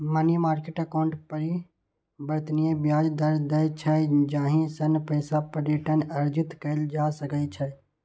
money market account परिवर्तनीय ब्याज दर दै छै, जाहि सं पैसा पर रिटर्न अर्जित कैल जा सकै छै